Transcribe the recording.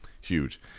huge